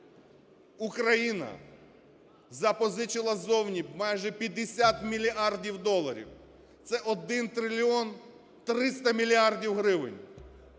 Україна запозичила ззовні майже 50 мільярдів доларів, це 1 трильйон 300 мільярдів гривень.